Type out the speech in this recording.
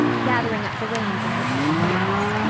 gathering up the reins in her pudgy hands.